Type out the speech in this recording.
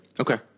Okay